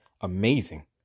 amazing